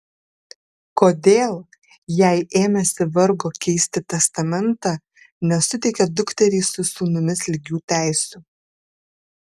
kodėl jei ėmėsi vargo keisti testamentą nesuteikė dukteriai su sūnumis lygių teisių